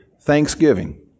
thanksgiving